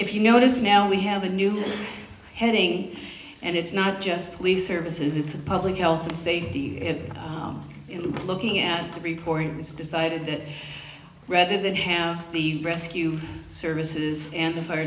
if you notice now we have a new heading and it's not just police services it's a public health and safety is looking at the reporting has decided that rather than have the rescue services and the fire